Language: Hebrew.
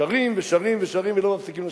שרים ושרים ושרים ולא מפסיקים לשיר.